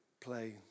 play